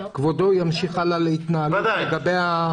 כבודו ימשיך הלאה בהתנהלות לגבי השירות.